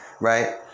right